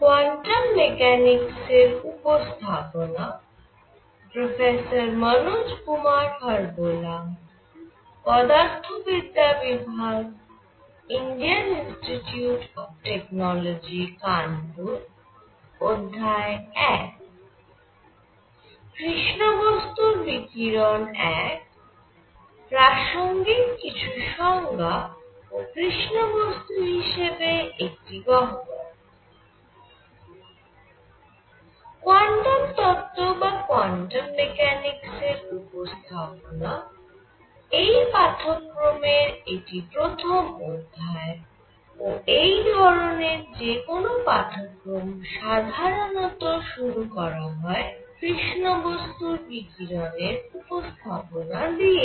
quantum তত্ত্ব বা quantum মেকানিক্সের উপস্থাপনা এই পাঠক্রমের এটি প্রথম অধ্যায় ও এই ধরণের যে কোন পাঠক্রম সাধারণত শুরু করা হয় কৃষ্ণ বস্তুর বিকিরণের উপস্থাপনা দিয়েই